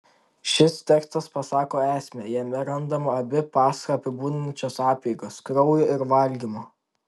šis tekstas pasako esmę jame randama abi paschą apibūdinančios apeigos kraujo ir valgymo